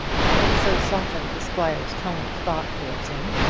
he had so softened the squire's tone of thought towards him,